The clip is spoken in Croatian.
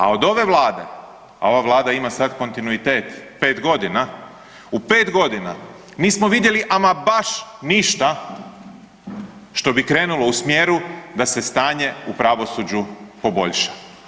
A od ove vlade, a ova vlada ima sad kontinuitet 5.g., u 5.g. nismo vidjeli ama baš ništa što bi krenulo u smjeru da se stanje u pravosuđu poboljša.